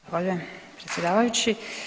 Zahvaljujem predsjedavajući.